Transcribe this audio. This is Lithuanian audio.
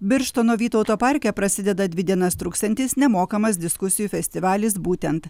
birštono vytauto parke prasideda dvi dienas truksiantis nemokamas diskusijų festivalis būtent